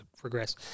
progress